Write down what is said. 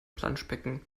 planschbecken